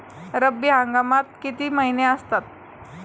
रब्बी हंगामात किती महिने असतात?